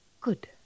Good